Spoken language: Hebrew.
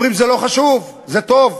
אומרים שזה לא חשוב, זה טוב.